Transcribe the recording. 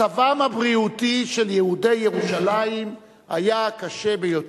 מצבם הבריאותי של יהודי ירושלים היה קשה ביותר.